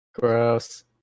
Gross